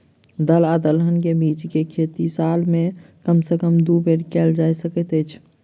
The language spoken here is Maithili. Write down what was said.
दल या दलहन केँ के बीज केँ खेती साल मे कम सँ कम दु बेर कैल जाय सकैत अछि?